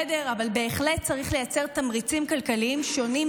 היה אפשר לקצר לכל עם ישראל את השירות לשנתיים.